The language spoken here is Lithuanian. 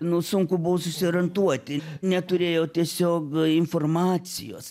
nu sunku buvo susiorientuoti neturėjo tiesiog informacijos